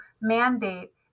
mandate